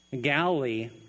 galilee